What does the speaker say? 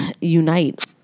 unite